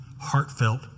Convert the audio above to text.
heartfelt